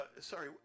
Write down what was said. Sorry